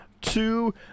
two